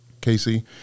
Casey